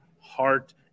heart